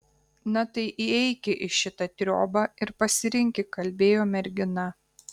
na tai įeiki į šitą triobą ir pasirinki kalbėjo mergina